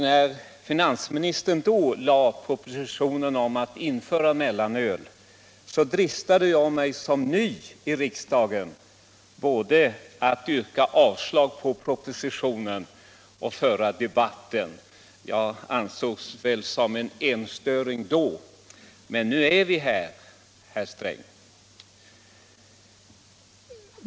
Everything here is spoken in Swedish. När finansministern då lade fram propositionen om att införa mellanöl dristade jag mig som ny i riksdagen både att yrka avslag på propositionen och att föra debatten. Då ansågs jag antagligen som en särling, men nu har vi den debatten, herr Sträng.